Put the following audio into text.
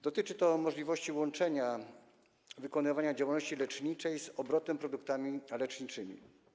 Dotyczy to możliwości łączenia wykonywania działalności leczniczej z obrotem produktami leczniczymi.